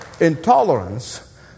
intolerance